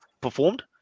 performed